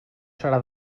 serà